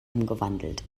umgewandelt